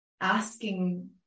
asking